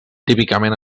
típicament